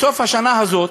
בסוף השנה הזאת